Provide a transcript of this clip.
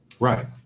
Right